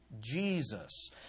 Jesus